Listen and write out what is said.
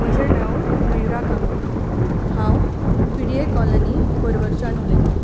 म्हजे नांव मयुरा कामत हांव पी डी ए कॉलनी पर्वरीच्यान उलयता